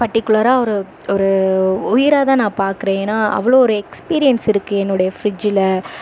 பர்ட்டிக்குளராக ஒரு ஒரு உயிராக தான் நான் பார்க்குறேன் ஏன்னால் அவ்வளோ ஒரு எக்ஸ்பீரியன்ஸ் இருக்குது என்னுடைய ஃப்ரிட்ஜ்ஜில்